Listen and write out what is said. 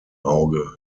auge